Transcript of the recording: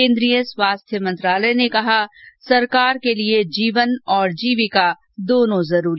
केन्द्रीय स्वास्थ्य मंत्रालय ने कहा सरकार के लिए जीवन और जीविका दोनों जरूरी